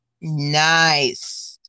Nice